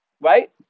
Right